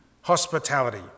Hospitality